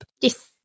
Yes